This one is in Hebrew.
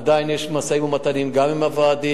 עדיין יש משאים-ומתנים גם עם הוועדים,